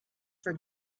for